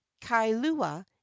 kailua